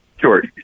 Sure